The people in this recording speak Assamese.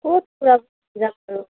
ক'ত ফুৰাব যাম বাৰু